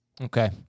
Okay